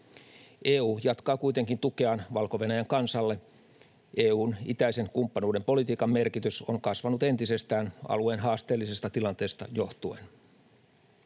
EU jatkaa kuitenkin tukeaan Valko-Venäjän kansalle. EU:n itäisen kumppanuuden politiikan merkitys on kasvanut entisestään alueen haasteellisesta tilanteesta johtuen.